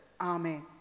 Amen